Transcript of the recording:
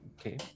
Okay